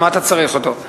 למה אתה צריך אותו?